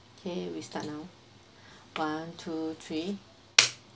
okay we start now one two three